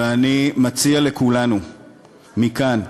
ואני מציע לכולנו מכאן,